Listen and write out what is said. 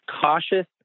cautious